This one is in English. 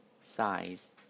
Size